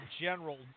general